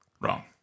Wrong